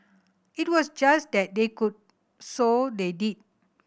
it was just that they could so they did